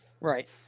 Right